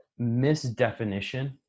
misdefinition